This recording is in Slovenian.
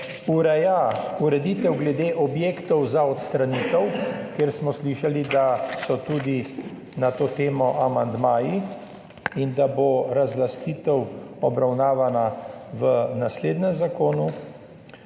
ureja ureditev glede objektov za odstranitev, kjer smo slišali, da so tudi na to temo amandmaji, in da bo razlastitev obravnavana v naslednjem zakonu.